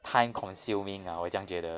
time consuming ah 我这样觉得